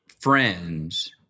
friends